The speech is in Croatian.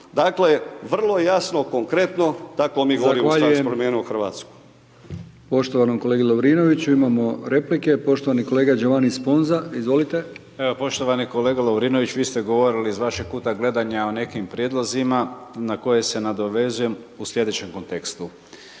Dakle, vrlo, jasno, konkretno, tako mi govorimo u stranci Promijenimo Hrvatsku.